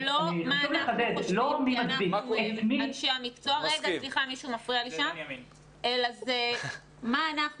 זה לא מה אנחנו חושבים אלא זה מה אנחנו